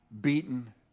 beaten